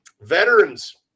veterans